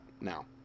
now